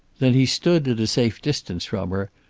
then he stood at a safe distance from her,